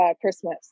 Christmas